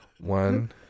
One